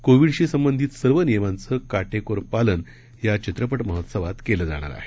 कोविडशी संबंधित सर्व नियमांचं काटेकोर पालन या चित्रपट महोत्सवात केलं जाणार आहे